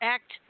Act